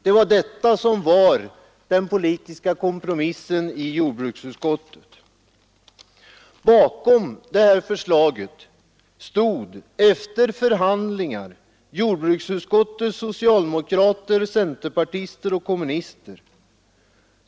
Det var detta som var den politiska kompromissen i jordbruksutskottet. Bakom förslaget stod efter förhandlingar jordbruksutskottets socialdemokrater, centerpartister och kommunister.